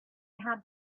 had